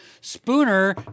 Spooner